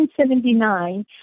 1979